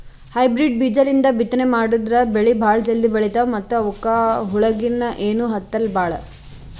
hybrid ಬೀಜಾಲಿಂದ ಬಿತ್ತನೆ ಮಾಡದ್ರ್ ಬೆಳಿ ಭಾಳ್ ಜಲ್ದಿ ಬೆಳೀತಾವ ಮತ್ತ್ ಅವಕ್ಕ್ ಹುಳಗಿಳ ಏನೂ ಹತ್ತಲ್ ಭಾಳ್